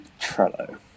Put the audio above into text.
Trello